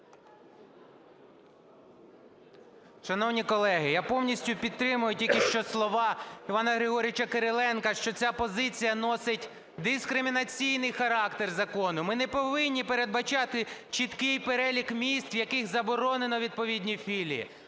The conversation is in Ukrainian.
Шановні колеги, я повністю підтримую тільки що слова Івана Григоровича Кириленка, що ця позиція носить дискримінаційний характер закону. Ми не повинні передбачати чіткий перелік міст, в яких заборонено відповідні філії,